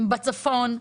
בצפון.